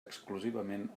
exclusivament